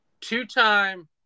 two-time